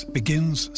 begins